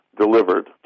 delivered